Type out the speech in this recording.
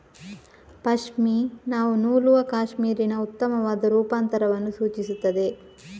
ಪಶ್ಮಿನಾವು ನೂಲುವ ಕ್ಯಾಶ್ಮೀರಿನ ಉತ್ತಮವಾದ ರೂಪಾಂತರವನ್ನು ಸೂಚಿಸುತ್ತದೆ